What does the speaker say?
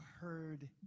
heard